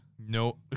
No